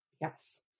yes